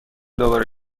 دوباره